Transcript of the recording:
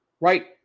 Right